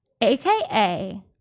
AKA